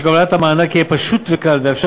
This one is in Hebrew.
שקבלת המענק תהיה פשוטה וקלה ויתאפשר